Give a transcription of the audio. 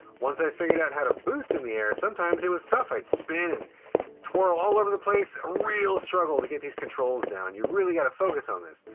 once i figured out how to boost in the air, sometimes it was tough! i'd spin and twirl all over the place, a real struggle to get these controls down. you really gotta focus on this.